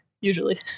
Usually